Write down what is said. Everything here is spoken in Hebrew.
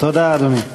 תודה, אדוני.